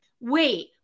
wait